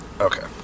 Okay